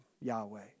Yahweh